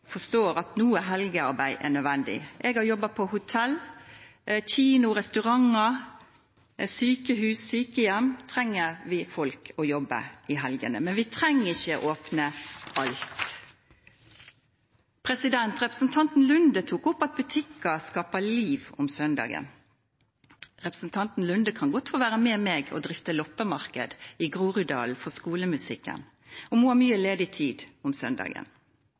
forstår at noe helgearbeid er nødvendig. Jeg har jobbet på hotell. På f.eks. kinoer, restauranter, sykehus og sykehjem trenger vi folk til å jobbe i helgene, men vi trenger ikke å åpne alt. Representanten Nordby Lunde tok opp at butikker skaper liv om søndagen. Representanten Nordby Lunde kan godt få være med meg og drifte loppemarked i Groruddalen for skolemusikken om hun har mye ledig tid om søndagen!